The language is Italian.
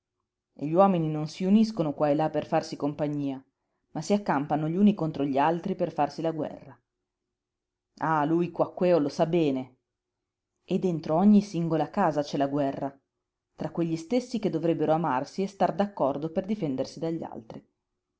gli uomini non si uniscono qua e là per farsi compagnia ma si accampano gli uni contro gli altri per farsi la guerra ah lui quaquèo lo sa bene e dentro ogni singola casa c'è la guerra tra quegli stessi che dovrebbero amarsi e star d'accordo per difendersi dagli altri